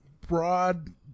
broad